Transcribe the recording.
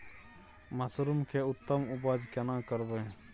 Mushroom के उत्तम उपज केना करबै?